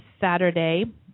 Saturday